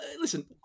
listen